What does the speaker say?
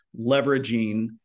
leveraging